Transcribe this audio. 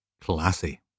Classy